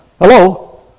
Hello